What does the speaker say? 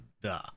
duh